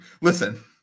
listen